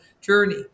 journey